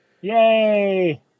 Yay